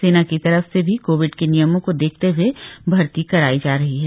सेना की तरफ से भी कोविड के नियमों को देखते हुए भर्ती कराई जा रही है